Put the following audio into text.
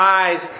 eyes